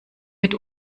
mit